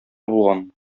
булган